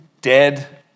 dead